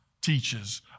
teaches